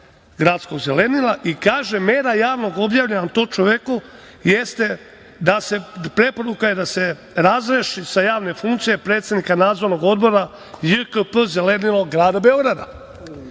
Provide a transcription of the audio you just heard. Gradskog zelenila i kaže – mera javno objavljena tom čoveku jeste preporuka da se razreši sa javne funkcije predsednika Nadzornog odbora JKP Zelenilo grada Beograda. Da